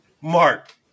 Mark